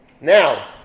Now